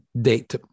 date